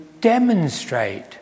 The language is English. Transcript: demonstrate